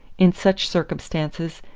in such circumstances,